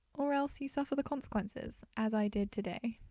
or else you suffer the consequences as i did today.